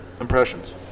impressions